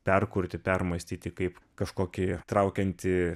perkurti permąstyti kaip kažkokį traukiantį